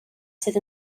sydd